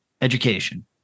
education